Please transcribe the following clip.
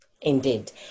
Indeed